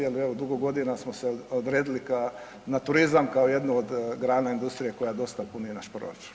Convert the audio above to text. Jer evo dugo godina smo se odredili na turizam kao jednu od grana industrije koja dosta puni naš proračun.